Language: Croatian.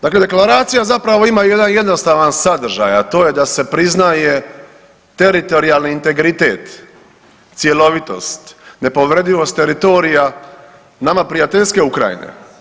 Dakle deklaracija zapravo ima jedan jednostavan sadržaj, a to je da se priznaje teritorijalni integritet, cjelovitost, nepovredivost teritorija nama prijateljske Ukrajine.